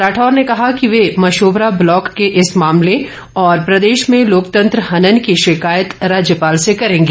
राठौर ने कहा कि वे मशोबरा ब्लॉक के इस मामले और प्रदेश में लोकतंत्र हनन की शिकायत राज्यपाल से करेंगे